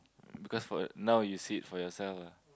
because for now you sit for yourself